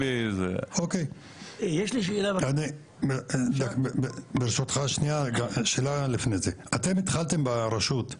אני גם מבקש מכולם, גם אחרי זה מרוזה ומהמתכננים,